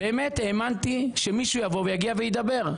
באמת האמנתי שמישהו יבוא ויגיע וידבר.